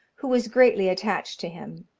who was greatly attached to him.